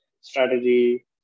strategy